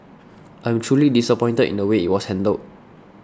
I'm truly disappointed in the way it was handled